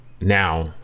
now